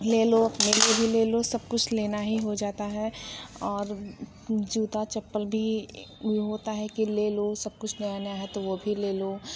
ले लो अपने लिए भी ले लो सब कुछ लेना ही हो जाता है और जूता चप्पल भी ये होता है कि ले लो सब कुछ नया नया है तो वो भी ले लो